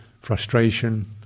frustration